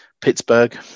Pittsburgh